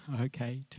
okay